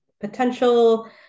potential